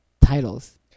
titles